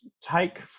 take